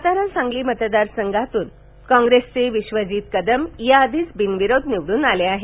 सातारा सांगली मतदार संघातून विश्वजित कदम या आधीच बिनविरोध निवडून आले आहेत